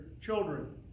children